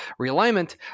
realignment